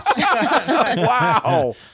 Wow